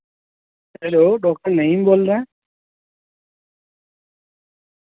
hello doctor Naeem بول رہے ہیں